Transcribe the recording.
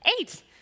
Eight